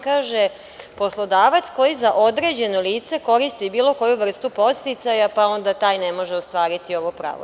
Kaže – poslodavac koji za određeno lice koristi bilo koju vrstu podsticaja, pa onda taj ne može ostvariti ovo pravo.